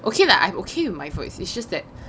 okay lah I'm okay with my voice it's just that